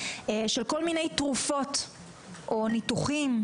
שכל מיני תרופות או ניתוחים,